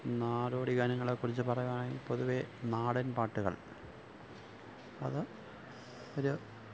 നാടോടി ഗാനങ്ങളെക്കുറിച്ച് പറയുവാണെൽ പൊതുവേ നാടന് പാട്ടുകള് അത് ഒരു